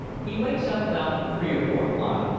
he wakes up about three or four o'clock,